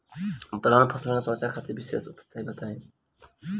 दलहन फसल के सुरक्षा खातिर विशेष उपाय बताई?